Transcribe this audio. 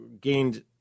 gained